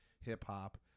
hip-hop